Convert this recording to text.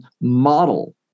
model